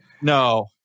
No